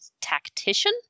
tactician